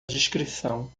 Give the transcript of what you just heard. discrição